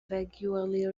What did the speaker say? vaguely